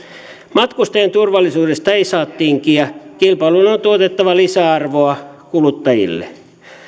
matkustajien turvallisuudesta ei saa tinkiä kilpailun on tuotettava lisäarvoa kuluttajille